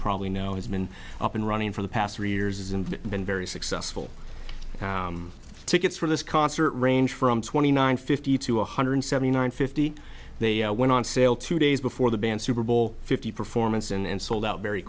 probably know has been up and running for the past three years and been very successful tickets for this concert range from twenty nine fifty to one hundred seventy nine fifty they went on sale two days before the band super bowl fifty performance and sold out very